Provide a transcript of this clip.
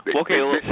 Okay